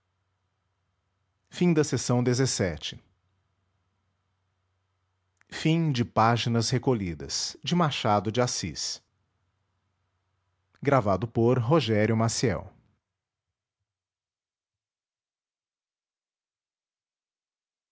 da amazônia páginas recolhidas de machado de assis nead